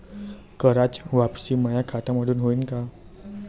कराच वापसी माया खात्यामंधून होईन का?